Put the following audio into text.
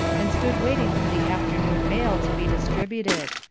and stood waiting for the afternoon mail to be distributed.